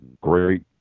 great